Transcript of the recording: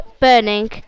burning